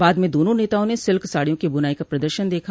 बाद में दोनों नेताओं ने सिल्क साडियों की बुनाई का प्रदर्शन दखा